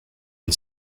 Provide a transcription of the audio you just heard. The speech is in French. une